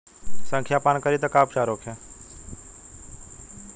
संखिया पान करी त का उपचार होखे?